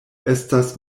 estas